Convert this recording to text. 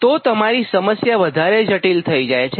તો તમારી સમસ્યા વધારે જટિલ થઈ જાય છે